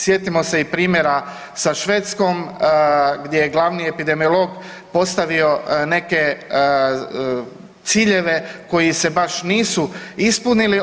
Sjetimo se i primjera sa Švedskom gdje je glavni epidemiolog postavio neke ciljeve koji se baš nisu ispunili.